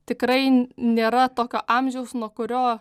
tikrai nėra tokio amžiaus nuo kurio